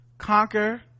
conquer